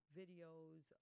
videos